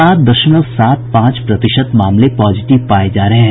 सात दशमलव सात पांच प्रतिशत मामले पॉजिटिव पाये जा रहे हैं